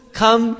come